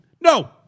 No